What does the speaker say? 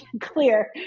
clear